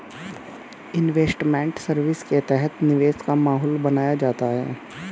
investment service के तहत निवेश का माहौल बनाया जाता है